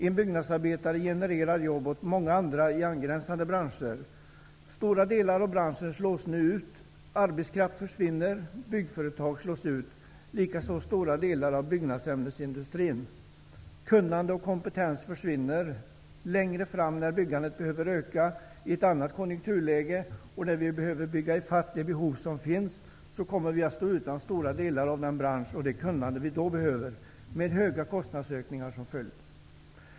En byggnadsarbetare genererar jobb åt många andra i angränsande branscher. Stora delar av branschen slås nu ut -- arbetskraft försvinner, byggföretag liksom stora delar av byggnadsämnesindustrin slås ut. Kunnande och kompetens försvinner. Längre fram i ett annat konjunkturläge, när byggandet behöver ökas och när vi behöver bygga ifatt det behov som då kommer att finnas, kommer vi att stå utan stora delar av den bransch och det kunnande som vi då kommer att behöva, med höga kostnadsökningar som följd.